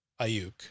Ayuk